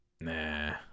Nah